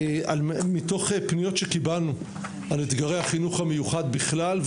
מתוך פניות שקיבלנו על אתגרי החינוך המיוחד בכלל,